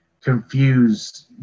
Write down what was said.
confuse